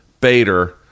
Bader